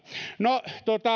no